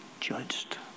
judged